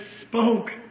spoke